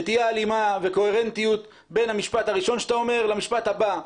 שתהיה הלימה וקוהרנטיות בין המשפט הראשון שאתה אומר למשפט הבא.